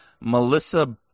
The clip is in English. Melissa